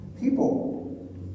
people